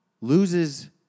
loses